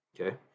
Okay